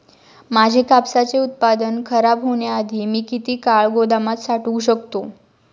माझे कापसाचे उत्पादन खराब होण्याआधी मी किती काळ गोदामात साठवू शकतो?